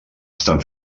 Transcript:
estan